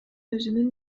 өзүнүн